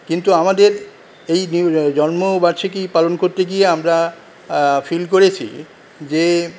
কিন্তু আমাদের এই নিউ জ জন্ম বার্ষিকী পালন করতে গিয়ে আমরা ফিল করেছি যে